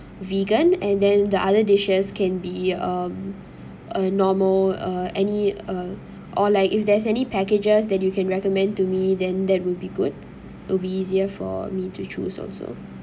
vegan and then the other dishes can be um a normal uh any uh or like if there's any packages that you can recommend to me then that will be good would be easier for me to choose also